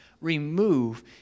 remove